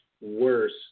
worse